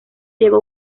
llegó